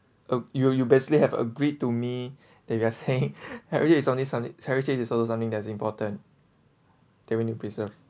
uh you you basically have agreed to me that you are saying heritage is only s~ heritage is also something that is important that we need preserve